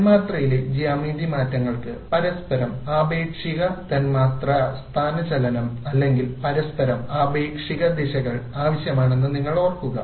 തന്മാത്രയിലെ ജ്യാമിതി മാറ്റങ്ങൾക്ക് പരസ്പരം ആപേക്ഷിക തന്മാത്രാ സ്ഥാനചലനം അല്ലെങ്കിൽ പരസ്പരം ആപേക്ഷിക ദിശകൾ ആവശ്യമാണെന്ന് നിങ്ങൾ ഓർക്കുക